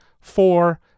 four